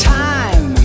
time